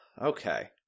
Okay